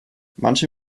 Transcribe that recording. manche